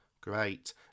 Great